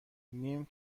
نیم